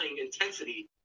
intensity